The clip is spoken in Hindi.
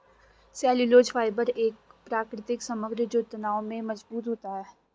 सेल्यूलोज फाइबर का एक प्राकृतिक समग्र जो तनाव में मजबूत होता है